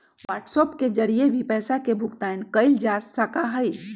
WhatsApp के जरिए भी पैसा के भुगतान कइल जा सका हई